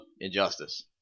Injustice